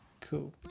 Cool